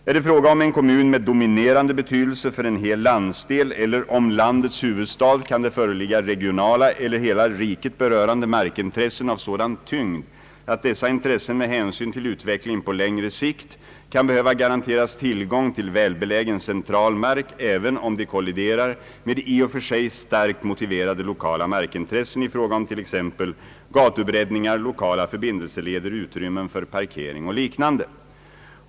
Är det fråga om en kommun med dominerande betydelse för en hel landsdel eller om landets huvudstad kan det föreligga regionala eller hela riket berörande markintressen av sådan tyngd att dessa intressen med hänsyr till utvecklingen på längre sikt kan be: höva garanteras tillgång till välbeläger central mark även om de kolliderar med i och för sig starkt motiverade lokala markintressen i fråga om t.ex. gatubreddningar, lokala förbindelseleder, utrymmen för parkering och liknande.